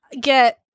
get